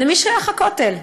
למי שייך הכותל?